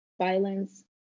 violence